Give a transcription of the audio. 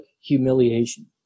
humiliation